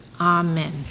Amen